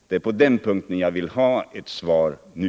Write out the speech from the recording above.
Det är på den punkten jag vill ha ett svar nu.